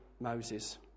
Moses